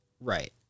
Right